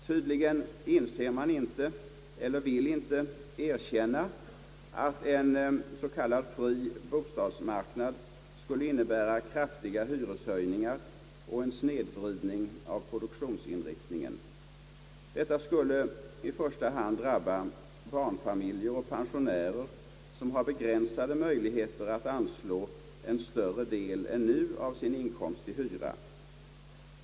Tydligen inser man inte eller vill inte erkänna att en s.k. fri bostadsmarknad skulle innebära kraftiga hyreshöjningar och en snedvridning av produktionsinriktningen. Detta skulle i första hand drabba barnfamiljer och pensionärer, som har begränsade möjligheter att anslå en större del än nu av sin inkomst till hyra.